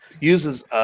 uses